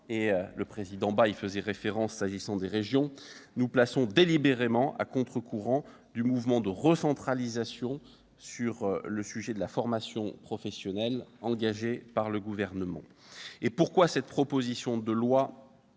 le président Philippe Bas y faisait référence s'agissant des régions, nous nous plaçons délibérément à contre-courant du mouvement de recentralisation de la formation professionnelle engagé par le Gouvernement. Avec cette proposition de loi,